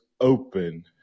open